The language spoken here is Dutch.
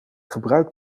gebruikt